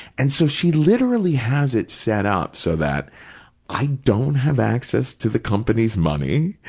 and so she literally has it set up so that i don't have access to the company's money.